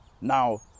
Now